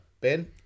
Ben